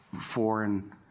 foreign